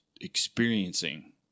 experiencing